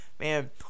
man